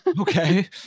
Okay